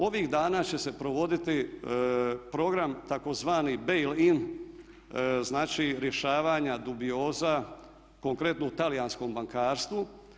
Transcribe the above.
Ovih dana će se provoditi program tzv. Bail-in znači rješavanja dubioza konkretno u talijanskom bankarstvu.